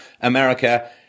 America